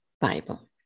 Bible